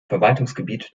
verwaltungsgebiet